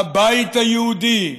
הבית היהודי,